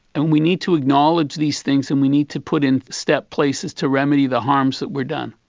and we need to acknowledge these things and we need to put in step places to remedy the harms that were done.